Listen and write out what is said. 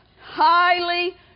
highly